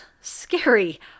scary